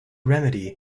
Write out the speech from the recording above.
remedy